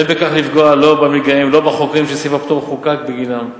אין בכך כדי לפגוע בחוקים שסעיף הפטור חוקק בגינם.